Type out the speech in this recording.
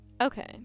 okay